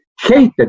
hated